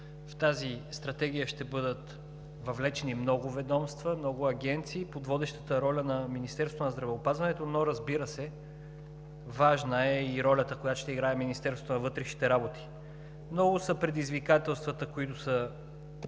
В тази стратегия ще бъдат въвлечени много ведомства, много агенции под водещата роля на Министерството на здравеопазването, но, разбира се, важна е и ролята, която ще играе Министерството на вътрешните работи. Много са предизвикателствата, пред които са